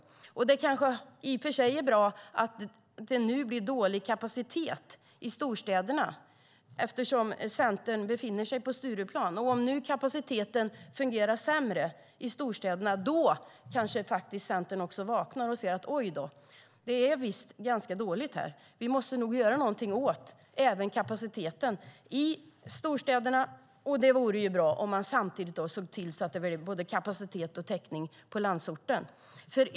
Därför är det kanske bra att det nu blir dålig kapacitet i storstäderna, om nu Centern befinner sig på Stureplan. Om nu kapaciteten i storstäderna är sämre kanske också Centern vaknar och inser att det är dåligt och att man måste göra något åt kapaciteten. Då vore det bra om man såg till så att det blev kapacitet och täckning också i landsorten.